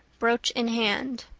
brooch in hand.